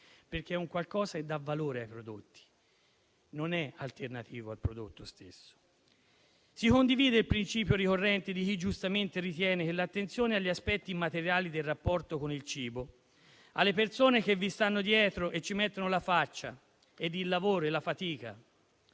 perché è un elemento che dà valore ai prodotti e non è alternativo al prodotto stesso. Si condivide il principio ricorrente di chi, giustamente, ritiene che l'attenzione agli aspetti immateriali del rapporto con il cibo, alle persone che ci sono dietro e che ci mettono la faccia, il lavoro e la fatica,